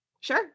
Sure